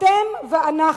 אתם ואנחנו,